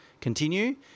continue